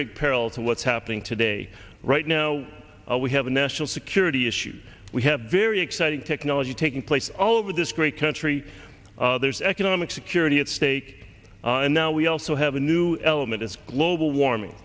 to what's happening today right now we have a national security issue we have very exciting technology taking place all over this great country there's economic security at stake and now we also have a new element it's global warming